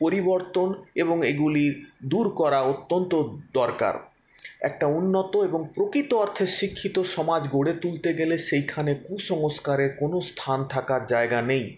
পরিবর্তন এবং এগুলি দূর করা অত্যন্ত দরকার একটা উন্নত এবং প্রকৃত অর্থে শিক্ষিত সমাজ গড়ে তুলতে গেলে সেইখানে কুসংস্কারের কোনও স্থান থাকার জায়গা নেই